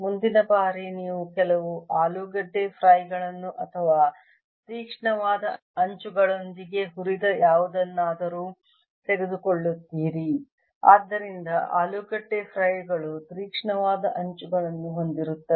ಮುಂದಿನ ಬಾರಿ ನೀವು ಕೆಲವು ಆಲೂಗೆಡ್ಡೆ ಫ್ರೈಗಳನ್ನು ಅಥವಾ ತೀಕ್ಷ್ಣವಾದ ಅಂಚುಗಳೊಂದಿಗೆ ಹುರಿದ ಯಾವುದನ್ನಾದರೂ ತೆಗೆದುಕೊಳ್ಳುತ್ತೀರಿ ಆದ್ದರಿಂದ ಆಲೂಗೆಡ್ಡೆ ಫ್ರೈ ಗಳು ತೀಕ್ಷ್ಣವಾದ ಅಂಚುಗಳನ್ನು ಹೊಂದಿರುತ್ತವೆ